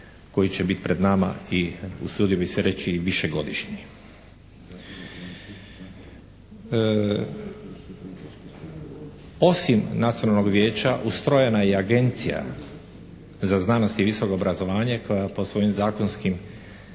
koji će biti pred nama i usudio bih se reći i višegodišnji. Osim Nacionalnog vijeća ustrojena je i Agencija za znanost i visoko obrazovanje koja po svojim zakonskim